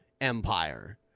empire